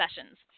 sessions